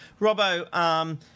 Robbo